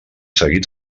seguit